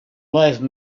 wise